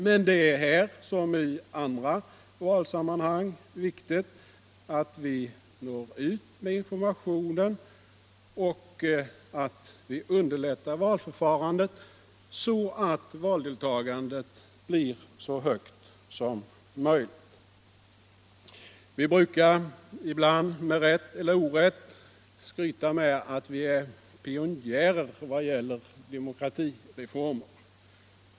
Men här som i andra valsammanhang är det viktigt att vi når ut med informationen och underlättar valförfarandet, så att valdeltagandet blir så högt som möjligt. Vi brukar ibland med rätt eller orätt skryta med att vi är pionjärer vad gäller demokratireformer.